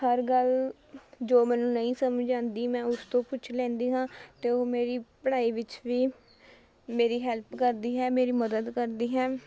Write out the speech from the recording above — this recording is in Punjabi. ਹਰ ਗੱਲ ਜੋ ਮੈਨੂੰ ਨਹੀਂ ਸਮਝ ਆਉਂਦੀ ਮੈਂ ਉਸ ਤੋਂ ਪੁੱਛ ਲੈਂਦੀ ਹਾਂ ਅਤੇ ਉਹ ਮੇਰੀ ਪੜ੍ਹਾਈ ਵਿੱਚ ਵੀ ਮੇਰੀ ਹੈਲਪ ਕਰਦੀ ਹੈ ਮੇਰੀ ਮਦਦ ਕਰਦੀ ਹੈ